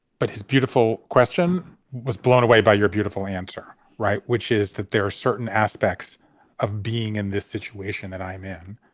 but his beautiful question was blown away by your beautiful answer. right. which is that there are certain aspects of being in this situation that i'm in.